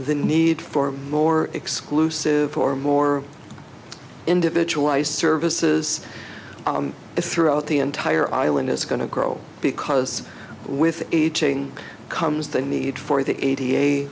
the need for more exclusive or more individualized services is throughout the entire island is going to grow because with aging comes the need for the